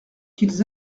qu’ils